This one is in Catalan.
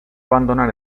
abandonar